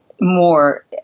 more